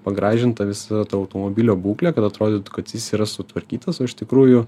pagražinta visa ta automobilio būklė kad atrodytų kad jis yra sutvarkytas o iš tikrųjų